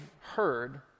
heard